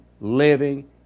living